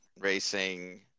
Racing